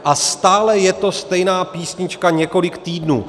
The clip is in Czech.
A stále je to stejná písnička několik týdnů.